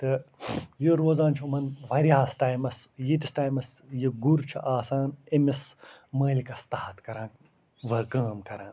تہٕ یہِ روزان چھُ یِمَن واریاہَس ٹایمَس ییٖتِس ٹایمَس یہِ گُر چھُ آسان أمِس مٲلکَس تحت کَران ؤر کٲم کَران